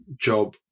job